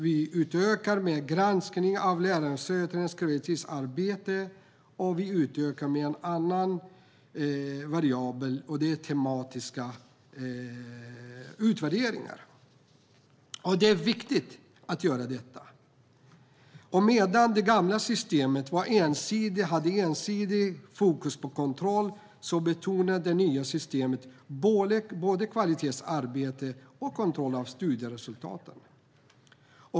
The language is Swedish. Vi utökar dessutom med granskning av lärosätenas kvalitetsarbete och med en annan variabel, tematiska utvärderingar. Det är viktigt att göra detta. Medan det gamla systemet hade ensidigt fokus på kontroll betonar det nya systemet både kvalitetsarbete och kontroll av studieresultaten.